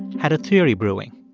had a theory brewing.